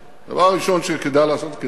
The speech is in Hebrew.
דבר ראשון שכדאי לעשות זה לעבוד.